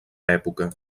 època